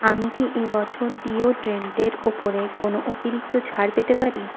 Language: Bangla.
আমি কি এ বছর ডিওডোরেন্টের ওপরে কোনো অতিরিক্ত ছাড় পেতে পারি